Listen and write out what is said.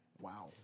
Wow